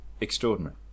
extraordinary